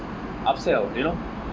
upsell you know